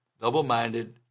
double-minded